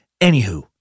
Anywho